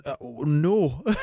No